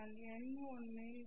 நான் n1 1